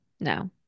no